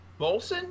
Bolson